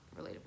relatable